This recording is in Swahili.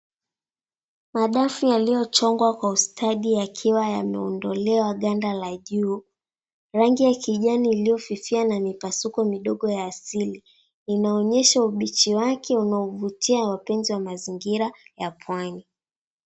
Madafu yaliyochongwa kwa ustadi yakiwa yameondolewa ganda la juu. Rangi ya kijani iliofifia na mipasuko midogo ya asili linaonyesha ubichi wake unaovutia wapenzi wa mazingira ya pwani.